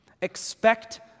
Expect